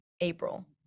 April